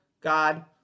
God